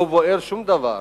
לא בוער שום דבר.